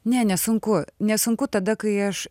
ne nesunku nesunku tada kai aš